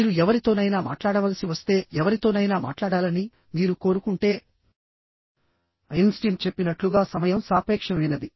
మీరు ఎవరితోనైనా మాట్లాడవలసి వస్తేఎవరితోనైనా మాట్లాడాలని మీరు కోరుకుంటే ఐన్స్టీన్ చెప్పినట్లుగా సమయం సాపేక్షమైనది